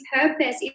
purpose